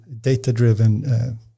data-driven